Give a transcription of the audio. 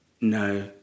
no